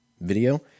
video